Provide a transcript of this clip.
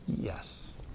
Yes